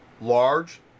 large